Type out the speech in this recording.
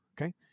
okay